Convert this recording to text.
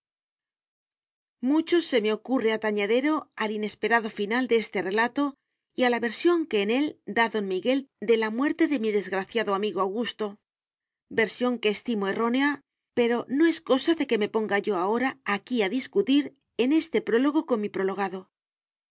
mucho se me ocurre atañedero al inesperado final de este relato y a la versión que en él da don miguel de la muerte de mi desgraciado amigo augusto versión que estimo errónea pero no es cosa de que me ponga yo ahora aquí a discutir en este prólogo con mi prologado